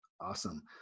Awesome